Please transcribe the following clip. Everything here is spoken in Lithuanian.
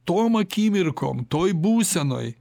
tom akimirkom toj būsenoj